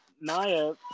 Naya